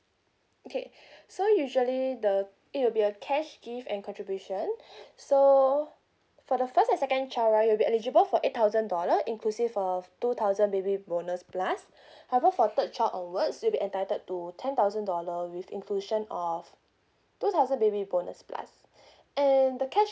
okay so usually the it will be a cash gift and contribution so for the first and second child right you will be eligible for eight thousand dollar inclusive of two thousand baby bonus plus however for third child onwards you will be entitled to ten thousand dollar with inclusion of two thousand baby bonus plus and the cash